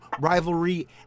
rivalry